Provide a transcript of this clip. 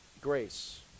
Grace